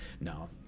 no